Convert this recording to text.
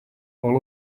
all